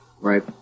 Right